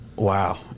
Wow